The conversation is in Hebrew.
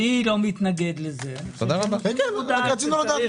אני לא מתנגד לזה, אבל התפקיד